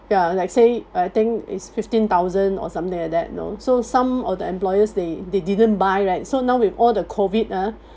ya like say I think it's fifteen thousand or something like that you know so some of the employers they they didn't buy right so now with all the COVID ah